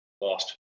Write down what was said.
lost